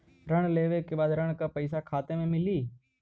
ऋण लेवे के बाद ऋण का पैसा खाता में मिली?